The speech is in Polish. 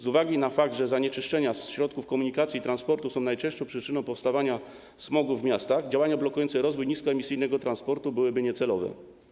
Z uwagi na fakt, że zanieczyszczenia środków komunikacji i transportu są najczęstszą przyczyną powstawania smogu w miastach, działania blokujące rozwój niskoemisyjnego transportu byłyby niecelowe.